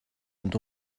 und